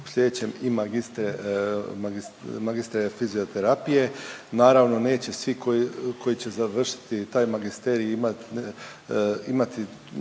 u sljedećem i magistre fizioterapije. Naravno neće svi koji će završiti taj magisterij imati